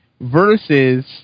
versus